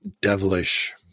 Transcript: devilish